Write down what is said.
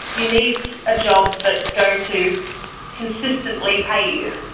you need a job that's going to consistently pay you.